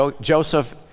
Joseph